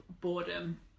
boredom